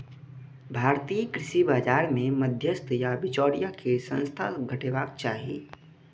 भारतीय कृषि बाजार मे मध्यस्थ या बिचौलिया के संख्या घटेबाक चाही